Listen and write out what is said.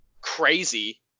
crazy